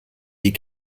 die